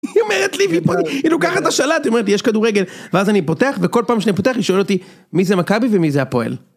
היא אומרת לי והיא פה, היא לוקחת את השלט, היא אומרת לי יש כדורגל ואז אני פותח וכל פעם שאני פותח היא שואלת אותי מי זה מכבי ומי זה הפועל.